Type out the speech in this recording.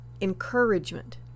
encouragement